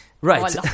Right